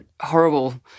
horrible